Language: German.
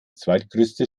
zweitgrößte